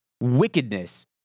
wickedness